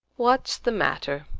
what's the matter?